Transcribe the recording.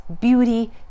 beauty